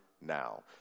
now